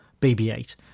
BB-8